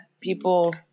people